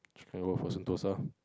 she can go for Sentosa